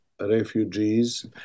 refugees